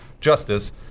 justice